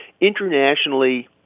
internationally